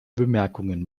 bemerkungen